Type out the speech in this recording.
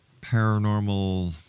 paranormal